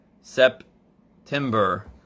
September